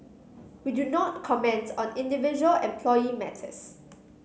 we do not comment on individual employee matters